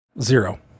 Zero